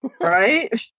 Right